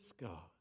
God